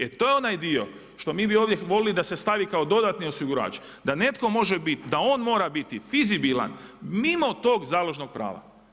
E to je onaj dio što mi bi ovdje voljeli da se stavi kao dodatni osigurač, da netko može biti, da on mora biti fizibilan mimo tog založnog prava.